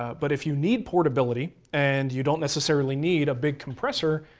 but if you need portability, and you don't necessarily need a big compressor,